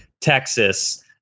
Texas